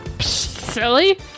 Silly